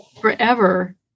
Forever